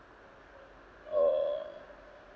oh